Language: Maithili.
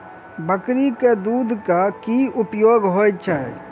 बकरी केँ दुध केँ की उपयोग होइ छै?